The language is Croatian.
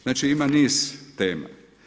Znači ima niz tema.